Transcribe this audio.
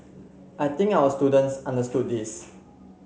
I think our students understood this